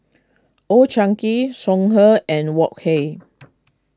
Old Chang Kee Songhe and Wok Hey